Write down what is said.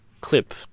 clip